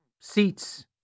seats